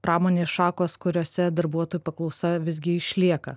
pramonės šakos kuriose darbuotojų paklausa visgi išlieka